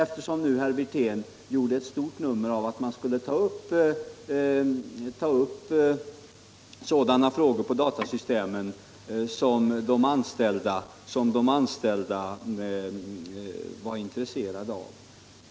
Herr Wirtén gjorde ju ett stort nummer av att man skulle ta upp sådana frågor om datasystemen som de anställda var intresserade av.